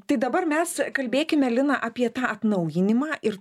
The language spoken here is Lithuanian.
tai dabar mes kalbėkime lina apie tą atnaujinimą ir